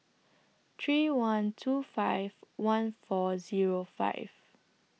three one two five one four Zero five